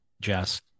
Jess